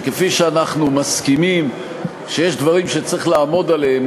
שכפי שאנחנו מסכימים שיש דברים שצריך לעמוד עליהם,